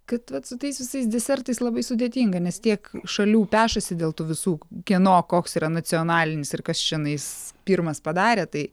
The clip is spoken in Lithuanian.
kad vat su tais visais desertais labai sudėtinga nes tiek šalių pešasi dėl tų visų kieno koks yra nacionalinis ir kas čionais pirmas padarė tai